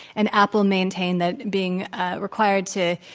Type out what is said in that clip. and apple maintained that being required to,